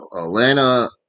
Atlanta